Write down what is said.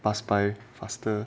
pass by faster